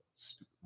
stupid